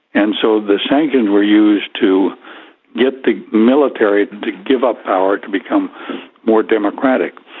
and so the sanctions were used to get the military to give up power to become more democratic.